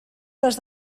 les